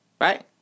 right